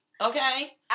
Okay